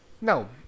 No